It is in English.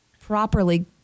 properly